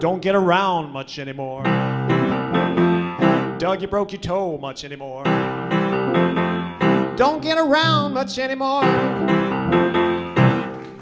don't get around much anymore don't you broke you tell much anymore don't get around much anymore